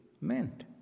Meant